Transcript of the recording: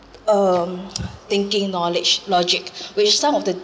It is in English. um thinking knowledge logic which some of the